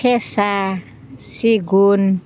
फेसा सिगुन